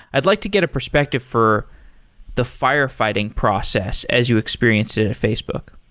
i'd like to get a perspective for the firefighting process as you experienced it in facebook.